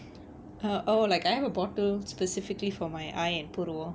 uh oh like I have a bottle specifically for my eye and புருவம்:puruvam